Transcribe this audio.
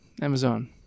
Amazon